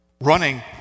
running